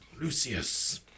Lucius